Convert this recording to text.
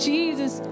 Jesus